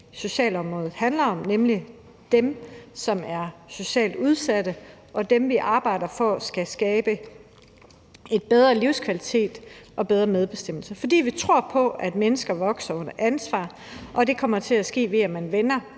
socialområdet handler om, nemlig dem, som er socialt udsatte, og dem, vi arbejder for skal have bedre livskvalitet og mere medbestemmelse. For vi tror på, at mennesker vokser under ansvar, og det kommer til at ske, ved at man vender